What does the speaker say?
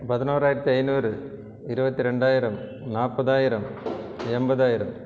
பதினோறாயிரத்து ஐந்நூறு இருபத்தி ரெண்டாயிரம் நாற்பதாயிரம் எண்பதாயிரம்